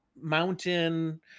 mountain